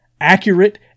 accurate